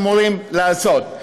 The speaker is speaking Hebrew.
אמורים לעשות.